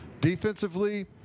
Defensively